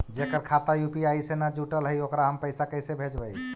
जेकर खाता यु.पी.आई से न जुटल हइ ओकरा हम पैसा कैसे भेजबइ?